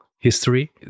History